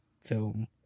Film